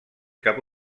cap